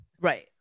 Right